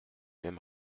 mêmes